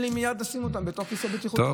שיהיה לי מייד לשים אותם בתוך כיסא בטיחותי.